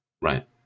Right